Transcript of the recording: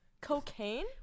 Cocaine